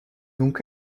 donc